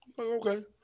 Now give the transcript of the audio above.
okay